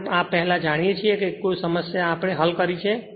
આપણે આ પહેલા જાણીએ છીએ કે આપણે કોઈ સમસ્યા હલ કરી છે